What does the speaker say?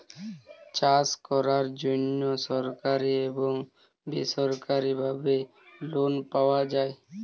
চাষ করার জন্য সরকারি এবং বেসরকারিভাবে লোন পাওয়া যায়